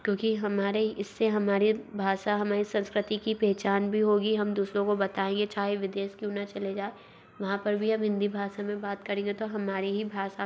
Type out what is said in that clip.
क्योंकि हमारे इससे हमारे भाषा हमारे संस्कृति की पहचान भी होगी हम दूसरों को बताएंगे चाहे विदेश क्यों ना चले जाएं वहाँ पर भी हम हिन्दी भाषा में बात करेंगे तो हमारे ही भाषा की